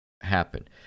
happen